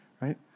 right